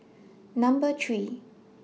Number three